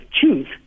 choose